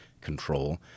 control